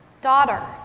Daughter